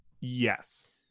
Yes